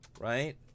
right